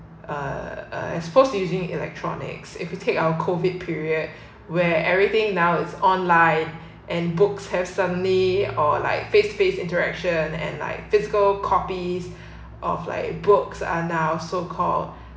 uh uh I suppose using electronics if you take our COVID period where everything now it's online and books have suddenly or like face to face interaction and like physical copies of like books are now so called